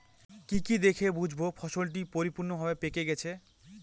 কি কি দেখে বুঝব ফসলটি পরিপূর্ণভাবে পেকে গেছে?